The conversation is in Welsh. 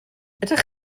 ydych